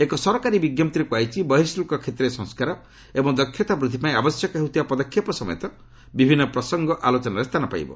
ଏକ ସରକାରୀ ବିଞ୍ଜପ୍ତିରେ କୁହାଯାଇଛି ବର୍ହିଶୁଳ୍କ କ୍ଷେତ୍ରରେ ସଂସ୍କାର ଏବଂ ଦକ୍ଷତା ବୃଦ୍ଧି ପାଇଁ ଆବଶ୍ୟକ ହେଉଥିବା ପଦକ୍ଷେପ ସମେତ ବିଭିନ୍ନ ପ୍ରସଙ୍ଗ ଆଲୋଚନାରେ ସ୍ଥାନ ପାଇବ